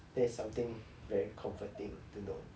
that's something very comforting to know